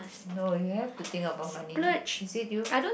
no you have to think about money is it you